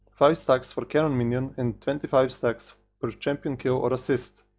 five stacks for cannon minion and twenty five stacks per champion kill or assist.